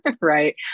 right